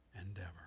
endeavor